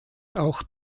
auch